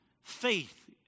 faith